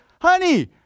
Honey